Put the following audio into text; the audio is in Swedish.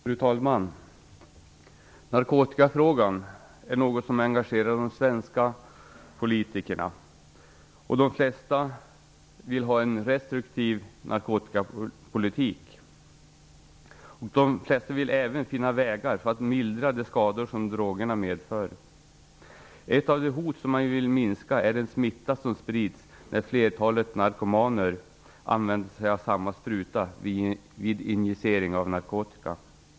Fru talman! Narkotikafrågan är något som engagerar de svenska politikerna, och de flesta vill ha en restriktiv narkotikapolitik. De flesta vill även finna vägar för att mildra de skador som drogerna medför. Ett av de hot som man vill minska är den smitta som sprids när ett flertal narkomaner använder sig av samma spruta vid injicering av narkotika.